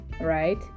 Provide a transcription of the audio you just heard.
right